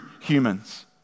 humans